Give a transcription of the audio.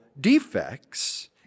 defects